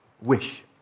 wish